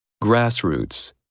Grassroots